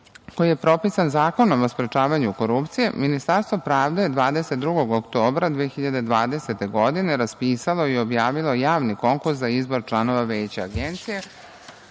koji je propisan Zakonom o sprečavanju korupcije, Ministarstvo pravde, 22. oktobra 2020. godine, raspisalo je i objavilo javni konkurs za izbor članova Veća Agencije